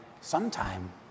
sometime